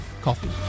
Coffee